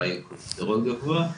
אולי כולסטרול גבוה,